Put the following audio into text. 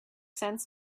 sense